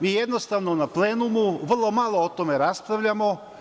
Mi jednostavno na plenumu vrlo malo o tome raspravljamo.